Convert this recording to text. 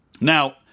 Now